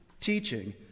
Teaching